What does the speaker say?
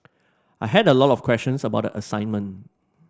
I had a lot of questions about assignment